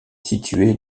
située